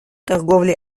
торговле